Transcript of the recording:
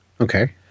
Okay